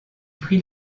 prit